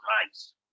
Christ